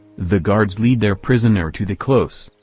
the guards lead their prisoner to the close,